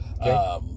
Okay